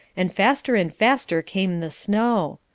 and faster and faster came the snow.